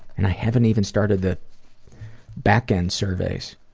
and, i haven't even started the back-end surveys.